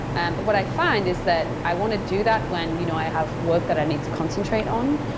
and but what i find is that i want to do that when you know i have work that i need to concentrate on.